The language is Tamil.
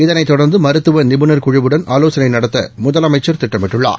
இதனைத் தொடர்ந்து மருத்துவ நிபுணர் குழுவுடனும் ஆலோசனை நடத்த முதலமைச்சர் திட்டமிட்டுள்ளார்